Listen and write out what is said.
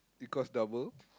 because double